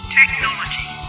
technology